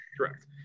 Correct